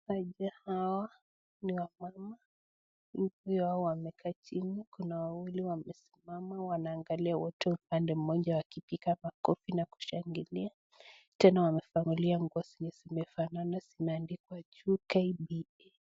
Wachezaji hawa ni wamama, wengi wao wamekaa chini, kuna wawili wamesimama wanaangalia wote upande mmoja wakipiga makofi na kushangilia, tena wamevalia nguo zenye zimefanana imeandikwa juu KDF.